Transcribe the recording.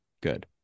good